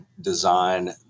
design